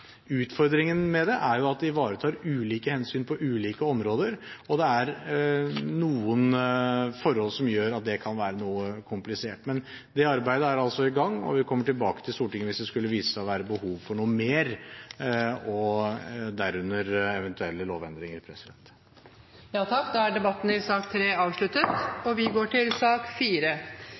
Utfordringen med det er at det ivaretar ulike hensyn på ulike områder, og det er noen forhold som gjør at det kan være noe komplisert. Men det arbeidet er altså i gang, og vi kommer tilbake til Stortinget hvis det skulle vise seg å være behov for noe mer, derunder eventuelle lovendringer. Flere har ikke bedt om ordet til sak nr. 3. Etter ønske fra justiskomiteen vil presidenten foreslå at taletiden blir begrenset til